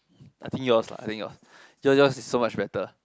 I think yours lah I think yours yours yours is so much better